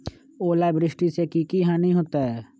ओलावृष्टि से की की हानि होतै?